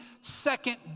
second